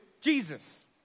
Jesus